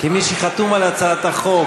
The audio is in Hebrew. כמי שחתום על הצעת החוק,